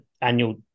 annual